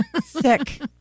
Sick